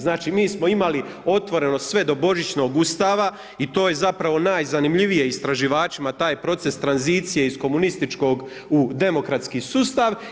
Znači mi smo imali otvoreno sve do božićnog ustava i to je zapravo najzanimljivije istraživačima, taj proces tranzicije iz komunističkog u demokratski sustav.